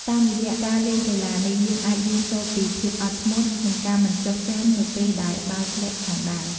តាមរយៈការលេងកីឡានេះ យើងអាចរៀនសូត្រពី ភាពអត់ធ្មត់ និងការមិនចុះចាញ់ នៅពេលដែលបាល់ធ្លាក់ផងដែរ។